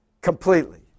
completely